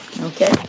Okay